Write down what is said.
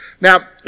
Now